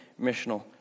missional